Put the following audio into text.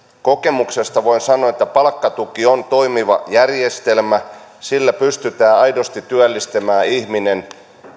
kokemuksesta voin sanoa että palkkatuki on toimiva järjestelmä sillä pystytään aidosti työllistämään ihminen